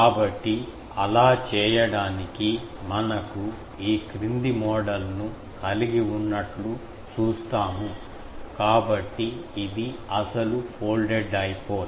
కాబట్టి అలా చేయడానికి మనకు ఈ క్రింది మోడల్ను కలిగి ఉన్నట్లు చూస్తాము కాబట్టి ఇది అసలు ఫోల్డెడ్ డైపోల్